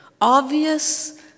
obvious